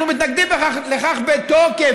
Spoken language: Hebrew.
אנחנו מתנגדים לכך בתוקף.